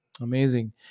amazing